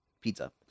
pizza